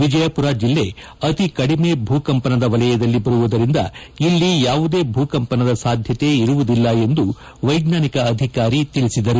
ವಿಜಯಪುರ ಜಿಲ್ಲೆಯು ಅತೀ ಕಡಿಮೆ ಭೂಕಂಪನದ ವಲಯದಲ್ಲಿ ಬರುವುದರಿಂದ ಇಲ್ಲಿ ಯಾವುದೇ ಭೂಕಂಪನದ ಸಾಧ್ಯತೆ ಇರುವುದಿಲ್ಲ ಎಂದು ವೈಜ್ಞಾನಿಕ ಅಧಿಕಾರಿ ತಿಳಿಸಿದರು